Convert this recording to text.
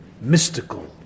mystical